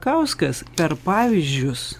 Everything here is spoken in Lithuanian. o sako rakauskas per pavyzdžius